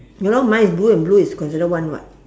ya lor mine is blue and blue is considered one [what]